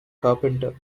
carpenter